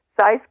Size